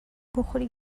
بخوری